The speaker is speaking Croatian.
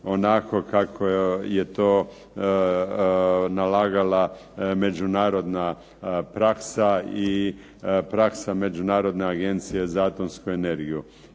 onako kako je to nalagala međunarodna praksa i praksa Međunarodne Agencije za atomsku energiju.